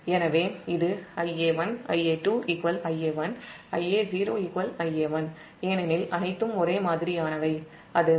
எனவே இது Ia1 Ia2 Ia1 Ia0 Ia1 ஏனெனில் அனைத்தும் ஒரே மாதிரியானவை அது 13 Ia